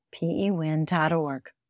pewin.org